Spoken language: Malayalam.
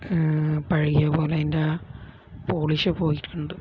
പഴകിയ പോലെ അതിൻ്റെ പോളീഷ് പോയിട്ടുണ്ട്